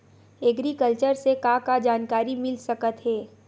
Agriculture से का का जानकारी मिल सकत हे?